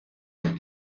nhw